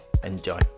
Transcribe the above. Enjoy